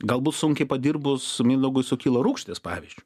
galbūt sunkiai padirbus mindaugui sukilo rūgštys pavyzdžiui